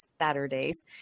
Saturdays